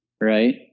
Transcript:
Right